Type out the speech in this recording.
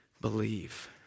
believe